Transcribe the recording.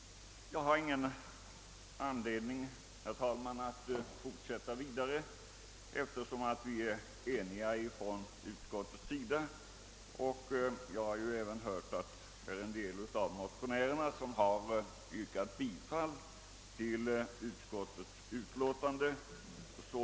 Jag har ingen anledning, herr talman, att fortsätta att argumentera, eftersom vi är eniga inom utskottet. Efter vad jag hört har en del av motionärerna yrkat bifall till utskottsutlåtandet.